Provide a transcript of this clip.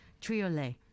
triolet